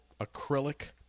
acrylic